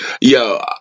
Yo